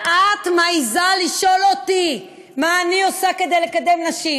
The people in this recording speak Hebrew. ואת מעזה לשאול אותי מה אני עושה כדי לקדם נשים?